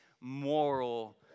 moral